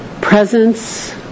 presence